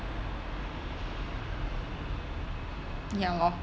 ya lor